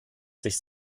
sich